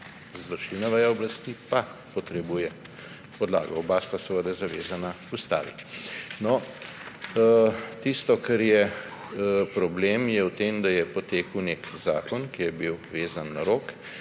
izvršilna veja oblasti pa potrebuje podlago, oba sta seveda zavezana ustavi. Tisto, kar je problem, je to, da je potekel nek zakon, ki je bil vezan na rok,